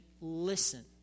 listen